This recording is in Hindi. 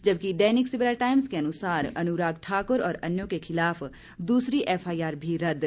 जबकि दैनिक सवेरा टाइम्स के अनुसार अनुराग ठाकुर और अन्यों के खिलाफ दूसरी एफआईआर भी रद्द